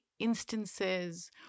Instances